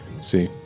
See